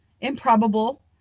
improbable